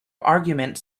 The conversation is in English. argument